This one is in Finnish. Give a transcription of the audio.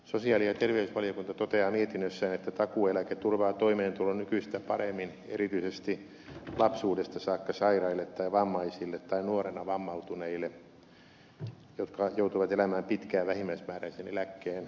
sosiaali ja terveysvaliokunta toteaa mietinnössään että takuueläke turvaa toimeentulon nykyistä paremmin erityisesti lapsuudesta saakka sairaille tai vammaisille tai nuorena vammautuneille jotka joutuvat elämään pitkään vähimmäismääräisen eläkkeen varassa